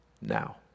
now